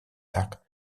так